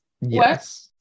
yes